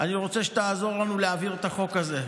אני רוצה שתעזור לנו להעביר את החוק הזה,